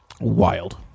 Wild